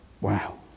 Wow